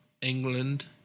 England